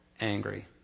angry